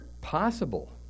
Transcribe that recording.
possible